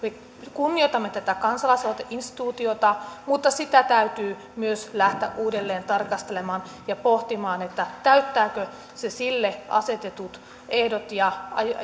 kunnioitamme tätä kansalaisaloiteinstituutiota mutta sitä täytyy myös lähteä uudelleen tarkastelemaan ja pohtimaan täyttääkö se sille asetetut ehdot ja